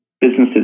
businesses